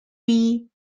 besieged